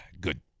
good